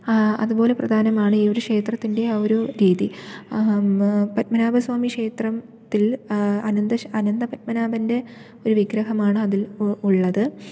അതുപോലെ പ്രധാനമാണ് ഈയൊരു ക്ഷേത്രത്തിൻ്റെ ആയൊരു രീതി പദ്മനാഭസ്വാമിക്ഷേത്രത്തിൽ അനന്തശ അനന്ത പദ്മനാഭൻ്റെ ഒരു വിഗ്രഹമാണ് അതിൽ ഉള്ളത്